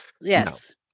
yes